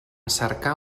cercar